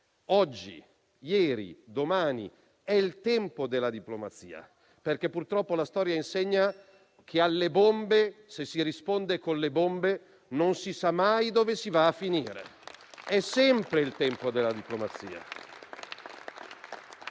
Oggi, ieri e domani è il tempo della diplomazia, perché purtroppo la storia insegna che se alle bombe si risponde con le bombe non si sa mai dove si va a finire. È sempre il tempo della diplomazia.